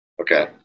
okay